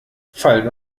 fallen